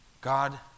God